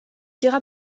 dira